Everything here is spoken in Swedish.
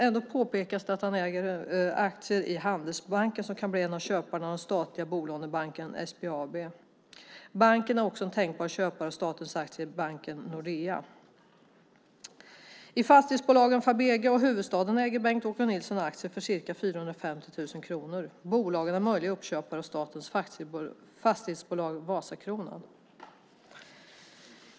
Ändå påpekas det i artikeln att han äger aktier i Handelsbanken, som kan bli en av köparna av den statliga bolånebanken SBAB. Banken är också en tänkbar köpare av statens aktier i Nordea. Vidare framgår av artikeln: "I fastighetsbolagen Fabege och Hufvudstaden äger Bengt-Åke Nilsson aktier för cirka 450 000 kronor. Bolagen är möjliga uppköpare av statens fastighetsbolag Vasakronan."